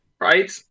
Right